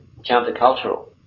countercultural